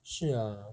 是啊